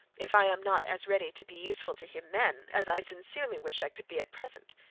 if i am not as ready to be useful to him then as i sincerely wish i could be at present.